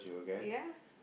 ya